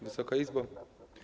Wysoka Izbo!